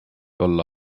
olla